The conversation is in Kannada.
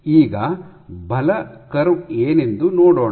ಈಗ ಬಲ ಕರ್ವ್ ಏನೆಂದು ನೋಡೋಣ